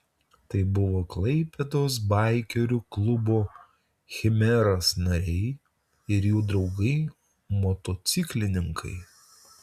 tai buvo klaipėdos baikerių klubo chimeras nariai ir jų draugai motociklininkai